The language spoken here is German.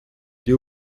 die